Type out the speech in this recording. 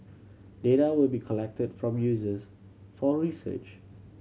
data will be collected from users for research